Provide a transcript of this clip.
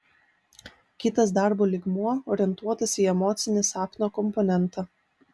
kitas darbo lygmuo orientuotas į emocinį sapno komponentą